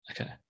Okay